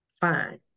fine